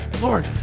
Lord